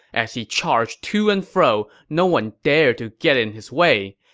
as he charged to and fro, no one dared to get in his way.